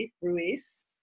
Ruiz